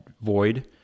void